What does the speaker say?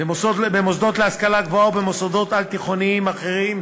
במוסדות להשכלה גבוהה או במוסדות על-תיכוניים אחרים,